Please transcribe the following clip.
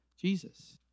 Jesus